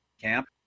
Camp